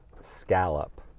scallop